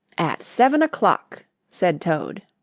at seven o'clock, said toad.